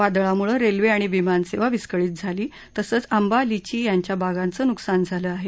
वादळामुळे रेल्वे आणि विमान सेवा विस्कळीत झाली तसचं आंबा लिची यांच्या बागांचं नुकसान झालं आहे